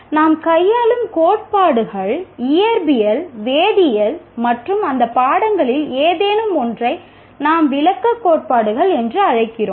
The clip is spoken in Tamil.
நாம் கையாளும் கோட்பாடுகள் இயற்பியல் வேதியியல் மற்றும் அந்த பாடங்களில் ஏதேனும் ஒன்றை நாம் விளக்கக் கோட்பாடுகள் என்று அழைக்கிறோம்